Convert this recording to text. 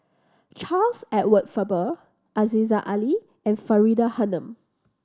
Charles Edward Faber Aziza Ali and Faridah Hanum